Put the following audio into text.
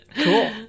Cool